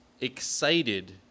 excited